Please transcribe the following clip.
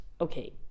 Okay